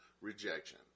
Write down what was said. rejection